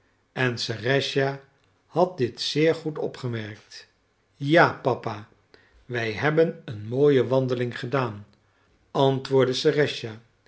en serëscha had dit zeer goed opgemerkt ja papa wij hebben een mooie wandeling gedaan antwoordde